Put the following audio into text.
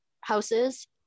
houses